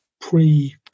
pre